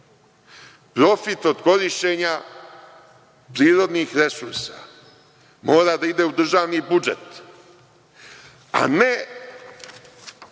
Profit od korišćenja prirodnih resursa mora da ide u državni budžet, a ne